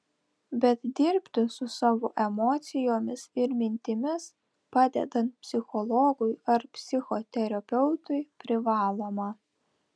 bet dirbti su savo emocijomis ir mintimis padedant psichologui ar psichoterapeutui privaloma